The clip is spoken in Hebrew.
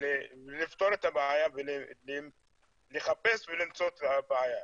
ולפתור את הבעיה, לחפש ולמצוא את הבעיה.